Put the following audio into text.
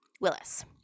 Willis